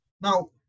Now